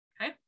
Okay